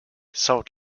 salt